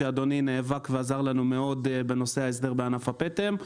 כשאדוני נאבק ועזר לנו מאוד בנושא ההסדר בענף הפטם.